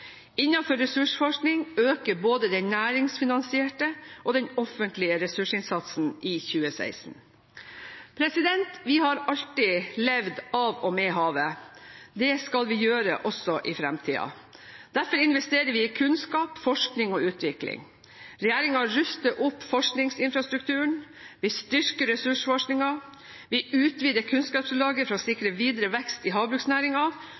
ressursforskning øker både den næringsfinansierte og den offentlige ressursinnsatsen i 2016. Vi har alltid levd av og med havet. Det skal vi gjøre også i fremtiden. Derfor investerer vi i kunnskap, forskning og utvikling. Regjeringen ruster opp forskningsinfrastrukturen, vi styrker ressursforskningen, vi utvider kunnskapsgrunnlaget for å sikre videre vekst i